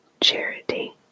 charity